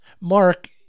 Mark